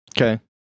Okay